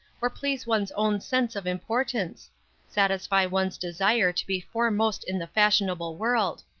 or please one's own sense of importance satisfy one's desire to be foremost in the fashionable world.